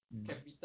mm